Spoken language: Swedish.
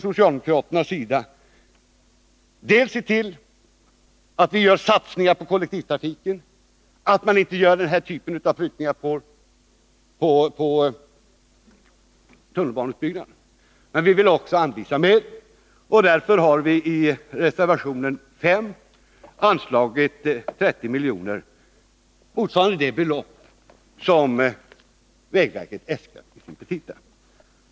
Socialdemokraterna vill se till att vi gör satsningar på kollektivtrafiken och att man inte gör denna typ av prutningar när det gäller tunnelbaneutbyggnaden. Men vi vill också anvisa medel. Därför har vi i reservation 5 föreslagit att 30 milj.kr. skall anslås, motsvarande det belopp som vägverket äskat.